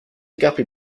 guppy